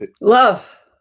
Love